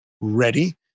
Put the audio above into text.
ready